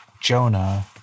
Jonah